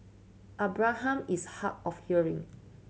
Abraham is hard of hearing